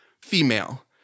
female